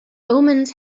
omens